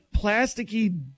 plasticky